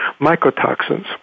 mycotoxins